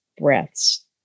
breaths